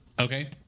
Okay